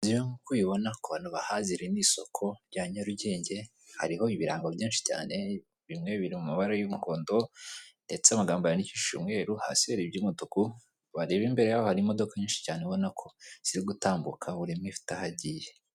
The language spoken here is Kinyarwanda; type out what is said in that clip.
Nk'uko ubibona ku bantu bahazi iri ni isoko rya Nyarugenge, hariho ibirango byinshi cyane bimwe biri mu mabara y'umuhondo ndetse amagambo yandikishije umweru hasi hari iby'umutuku wareba imbere hari imodoka nyinshi cyane ubona ko ziri gutambuka buri imwe ifite aho agiye.